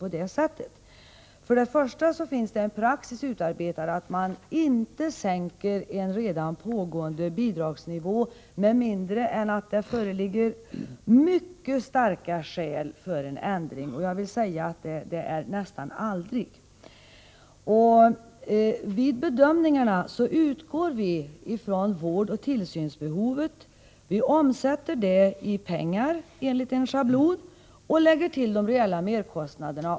Först och främst finns det en utarbetad praxis som innebär att man inte sänker en befintlig bidragsnivå med mindre än att det föreligger mycket starka skäl för en ändring, och det händer nästan aldrig. Vid bedömningarna utgår vi från vårdoch tillsynsbehovet. Vi omsätter det i pengar enligt en schablon och lägger till de reella merkostnaderna.